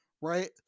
Right